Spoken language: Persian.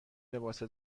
لباس